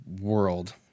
world